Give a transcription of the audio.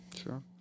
Sure